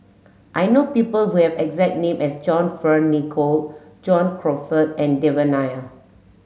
I know people who have exact name as John Fearn Nicoll John Crawfurd and Devan Nair